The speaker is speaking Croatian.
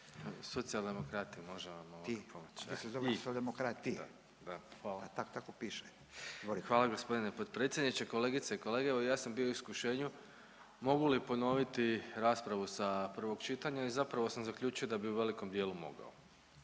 Socijaldemokrati?/… Da. …/Upadica Radin: Tako piše. Izvolite./… Hvala gospodine potpredsjedniče. Kolegice i kolege, evo ja sam bio u iskušenju mogu li ponoviti raspravu sa prvog čitanja i zapravo sam zaključio da bi u velikom dijelu mogao.